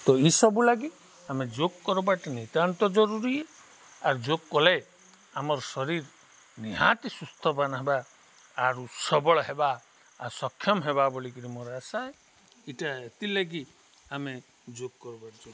ତ ଏଇସବୁ ଲାଗି ଆମେ ଯୋଗ କରବାଟେ ନିତ୍ୟାନ୍ତ ଜରୁରୀ ଆର୍ ଯୋଗ କଲେ ଆମର୍ ଶରୀର ନିହାତି ସୁସ୍ଥବାନ ହେବା ଆରୁ ସବଳ ହେବା ଆର୍ ସକ୍ଷମ ହେବା ବୋଲିକିରି ମୋର ଆଶା ଏଇଟା ଏଥିର୍ ଲଗି ଆମେ ଯୋଗ କରବାର ଜରୁରୀ